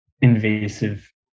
invasive